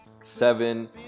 seven